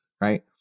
right